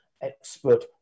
expert